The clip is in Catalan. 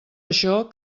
això